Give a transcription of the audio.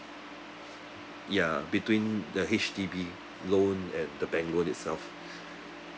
ya between the H_D_B loan and the bank loan itself